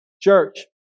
Church